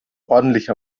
ordentlich